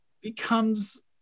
becomes